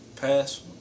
Pass